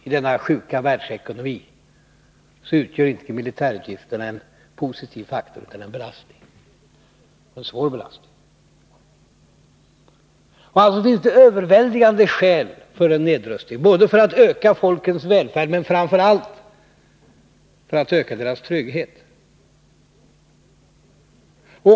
I denna sjuka världsekonomi utgör inte militärutgifterna en positiv faktor, utan en svår belastning. Det finns alltså överväldigande skäl för en nedrustning, både för att öka folkens välfärd och, framför allt, för att öka deras trygghet.